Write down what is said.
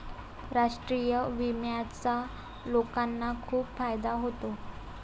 राष्ट्रीय विम्याचा लोकांना खूप फायदा होतो